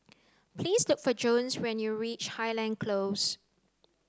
please look for Jones when you reach Highland Close